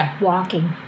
walking